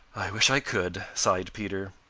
i wish i could, sighed peter.